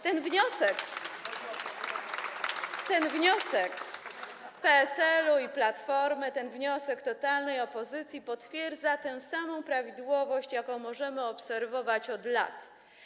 Ten wniosek PSL-u i Platformy, ten wniosek totalnej opozycji potwierdza tę samą prawidłowość, jaką możemy obserwować od lat.